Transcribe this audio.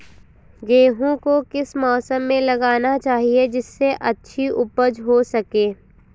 गेहूँ को किस मौसम में लगाना चाहिए जिससे अच्छी उपज हो सके?